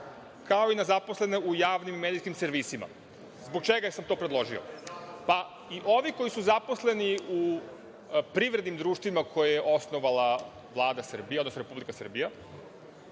kao i na zaposlene u javnim medijskim servisima. Zbog čega sam to predložio? I ovi koji su zaposleni u privrednim društvima koje je osnovala Vlada Srbije, odnosno Republika Srbija,